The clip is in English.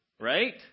right